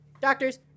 doctors